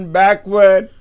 backward